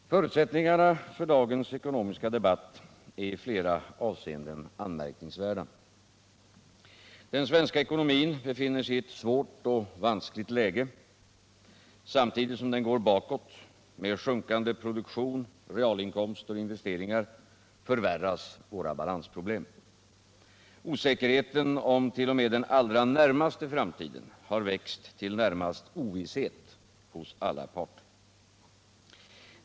Herr talman! Förutsättningarna för dagens ekonomiska debatt är i flera avseenden anmärkningsvärda. Den svenska ekonomin befinner sig i ett svårt och vanskligt läge. Samtidigt som den går bakåt — med sjunkande produktion, realinkomster och investeringar — förvärras våra balansproblem. Osäkerheten om t.o.m. den allra närmaste framtiden har växt till närmast ovisshet hos alla parter.